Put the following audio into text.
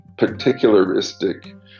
particularistic